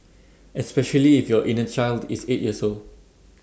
especially if your inner child is eight years old